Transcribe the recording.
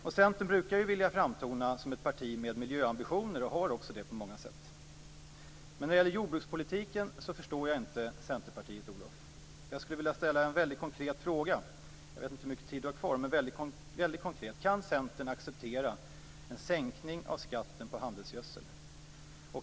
Centern brukar vilja framtona som ett parti med miljöambitioner och har också det på många sätt. Men när det gäller jorbrukspolitiken förstår jag inte Centerpartiet. Jag skulle vilja ställa två väldigt konkreta frågor. Jag vet inte hur mycket tid Olof Johansson har kvar, men de är väldigt konkreta. Kan Centern acceptera en sänkning av skatten på handelsgödsel?